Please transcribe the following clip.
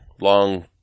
long